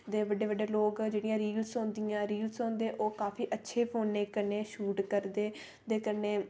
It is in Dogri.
ते बड्डे बड्डे लोग जि'यां रील रील होंदे ओह् काफी अच्छे फोने कन्नै शूट करदे ते कन्नै